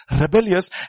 rebellious